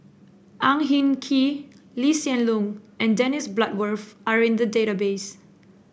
Ang Hin Kee Lee Hsien Loong and Dennis Bloodworth are in the database